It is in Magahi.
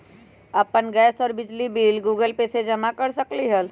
अपन गैस और बिजली के बिल गूगल पे से जमा कर सकलीहल?